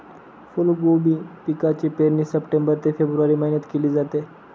फुलकोबी पिकाची पेरणी सप्टेंबर ते फेब्रुवारी महिन्यात केली जाते